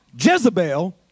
Jezebel